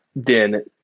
then